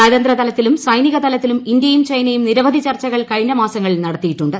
നയതന്ത്രതലത്തിലും സൈനിക തലിത്തില്ും ഇന്ത്യയും ചൈനയും നിരവധി ചർച്ചകൾ കഴിഞ്ഞു മാസങ്ങളിൽ നടത്തിയിട്ടുണ്ട്